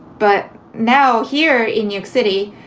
but now here in york city,